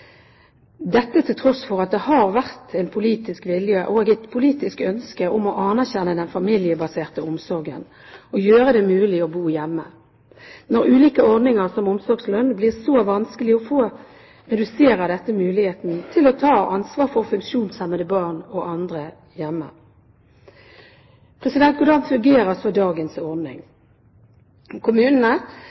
dette til tross for at det har vært en politisk vilje og et politisk ønske om å anerkjenne den familiebaserte omsorgen og gjøre det mulig å bo hjemme. Når ulike ordninger som omsorgslønn blir så vanskelig å få, reduserer dette muligheten til å ta ansvar for funksjonshemmede barn og andre hjemme. Hvordan fungerer så dagens ordning? Kommunene